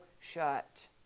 shut